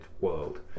world